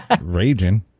Raging